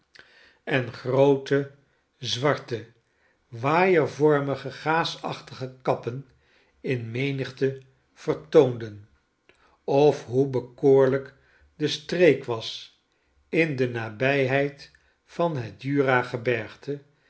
en groote zwarte waaiervormige gaasachtige kappen in rnenigte vertoonden of hoe bekoorlijk de streek was in de nabijheid van het